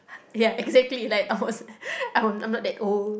ya exactly like I was I'm not that old